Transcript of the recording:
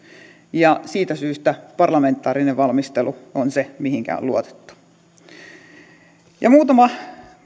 ja siitä syystä parlamentaarinen valmistelu on se mihinkä on luotettu muutama